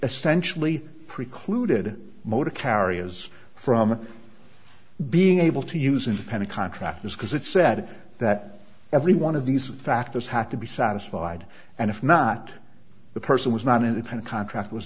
essentially precluded motor carriers from being able to use independent contractors because it said that every one of these factors have to be satisfied and if not the person was not an independent contractor was